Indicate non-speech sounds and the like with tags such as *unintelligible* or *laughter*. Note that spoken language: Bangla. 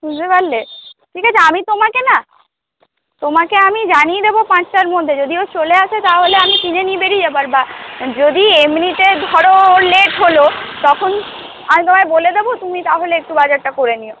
বুঝতে পারলে ঠিক আছে আমি তোমাকে না তোমাকে আমি জানিয়ে দেব পাঁচটার মধ্যে যদি ও চলে আসে তা হলে আমি কিনে নিয়ে বেরিয়ে যাব আর *unintelligible* যদি এমনিতে ধর লেট হল তখন আমি তোমায় বলে দেব তুমি তা হলে একটু বাজারটা করে নিও